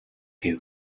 гэв